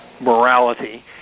morality